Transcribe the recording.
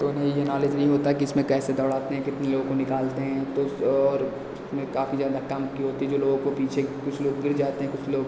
तो उन्हें यह नालेज नहीं होता है कि किसमें कैसे दौड़ाते है कितने लोगों को निकालते हैं तो और उसमें काफी ज़्यादा काम की होती है जो लोगों को पीछे कुछ लोग गिर जाते हैं कुछ लोग